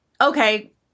okay